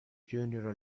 junior